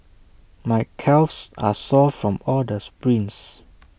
my calves are sore from all the sprints